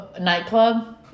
nightclub